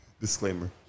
Disclaimer